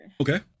Okay